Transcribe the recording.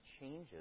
changes